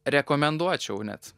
rekomenduočiau net